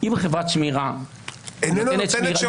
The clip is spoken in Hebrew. אם חברת שמירה -- איננה נותנת שירות הולם.